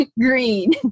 green